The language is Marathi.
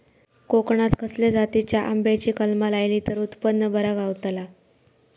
कोकणात खसल्या जातीच्या आंब्याची कलमा लायली तर उत्पन बरा गावताला?